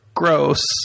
Gross